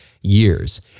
years